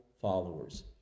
followers